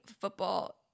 football